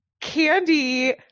Candy